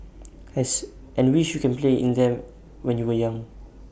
as and wish you can play in them when you were young